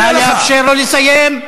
נא לאפשר לו לסיים.